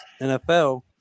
NFL